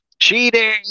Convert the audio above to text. Cheating